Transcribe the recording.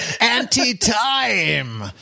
anti-time